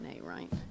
right